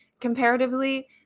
comparatively